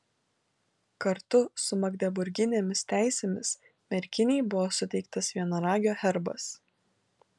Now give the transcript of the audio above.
kartu su magdeburginėmis teisėmis merkinei buvo suteiktas vienaragio herbas